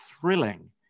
thrilling